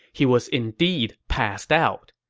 he was indeed passed out.